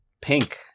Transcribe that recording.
pink